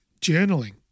journaling